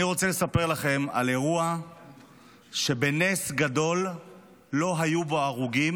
אני רוצה לספר לכם על אירוע שבנס גדול לא היו בו הרוגים.